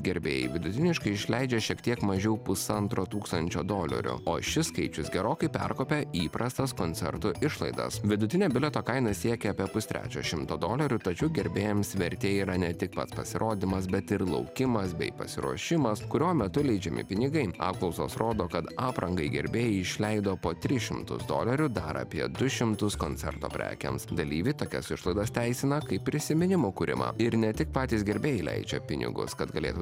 gerbėjai vidutiniškai išleidžia šiek tiek mažiau pusantro tūkstančio dolerių o šis skaičius gerokai perkopia įprastas koncertų išlaidas vidutinė bilieto kaina siekia apie pustrečio šimto dolerių tačiau gerbėjams vertė yra ne tik pats pasirodymas bet ir laukimas bei pasiruošimas kurio metu leidžiami pinigai apklausos rodo kad aprangai gerbėjai išleido po tris šimtus dolerių dar apie du šimtus koncerto prekėms dalyviai tokias išlaidas teisina kaip prisiminimų kūrimą ir ne tik patys gerbėjai leidžia pinigus kad galėtų